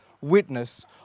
witness